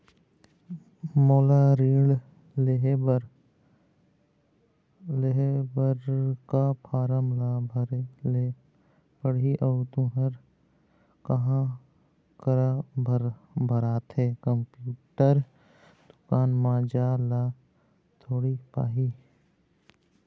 मोला ऋण लेहे बर का फार्म ला भरे ले पड़ही अऊ ओहर कहा करा भराथे, कंप्यूटर दुकान मा जाए ला थोड़ी पड़ही?